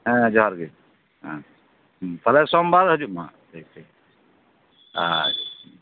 ᱦᱮᱸ ᱡᱚᱦᱟᱨ ᱜᱮ ᱛᱟᱦᱚᱞᱮ ᱥᱳᱢᱵᱟᱨ ᱦᱤᱡᱩᱜ ᱢᱟ ᱴᱷᱤᱠ ᱴᱷᱤᱠ ᱟᱪᱪᱷᱟ